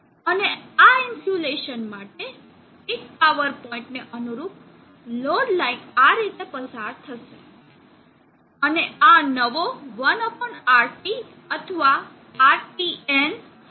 અને આ ઇન્સ્યુલેશન માટે પીક પાવર પોઇન્ટ ને અનુરૂપ લોડ લાઇન આ રીતે પસાર થશે અને આ નવો 1RT અથવા RTn હશે